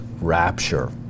rapture